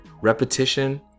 repetition